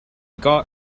got